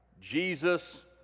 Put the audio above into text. Jesus